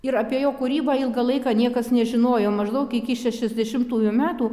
ir apie jo kūrybą ilgą laiką niekas nežinojo maždaug iki šešiasdešimtųjų metų